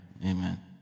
Amen